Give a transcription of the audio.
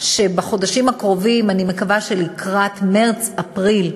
שבחודשים הקרובים, אני מקווה שלקראת מרס אפריל,